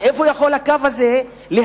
עד איפה יכול הקו הזה להגיע?